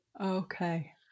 Okay